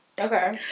Okay